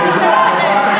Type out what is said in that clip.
תודה.